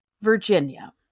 Virginia